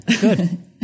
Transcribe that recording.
Good